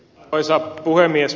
arvoisa puhemies